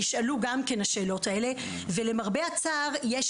נשאלו גם כן השאלות האלה ולמרבה הצער יש